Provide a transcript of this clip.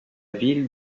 ville